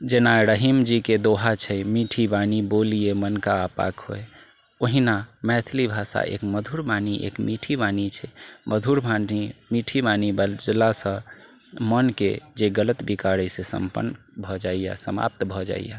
जेना रहीम जीके दोहा छै मीठी बानि बोलिये मन का आपा खोय ओहिना मैथिली भाषा एक मधुर बानि एक मीठी बानि छै मधुर बानि मीठी बानि बजलासँ मनके जे गलत विकार अछि से सम्पन्न भए जाइया समाप्त भए जाइया